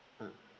mm